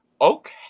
okay